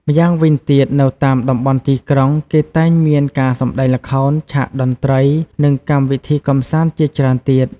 ម្យ៉ាងវិញទៀត នៅតាមតំបន់ទីក្រុង គេតែងមានការសម្ដែងល្ខោន ឆាកតន្ត្រី និងកម្មវិធីកម្សាន្តជាច្រើនទៀត។